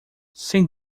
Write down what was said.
sem